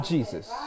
Jesus